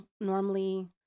normally